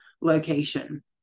location